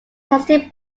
plastic